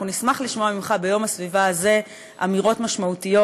אנחנו נשמח לשמוע ממך ביום הסביבה הזה אמירות משמעותיות